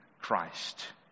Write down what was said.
Christ